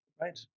right